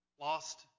lost